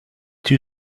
two